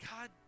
God